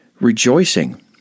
rejoicing